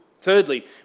Thirdly